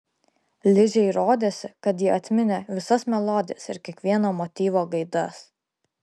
ližei rodėsi kad ji atminė visas melodijas ir kiekvieno motyvo gaidas